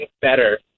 better